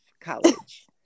college